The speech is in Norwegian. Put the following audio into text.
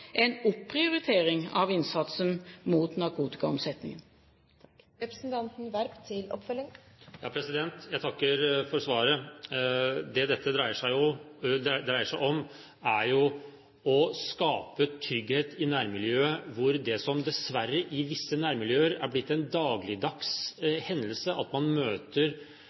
en opprioritering av innsatsen mot narkotikaomsetningen. Jeg takker for svaret. Det dette dreier seg om, er jo å skape trygghet i nærmiljøet. I visse nærmiljøer er det dessverre blitt en dagligdags hendelse at man møter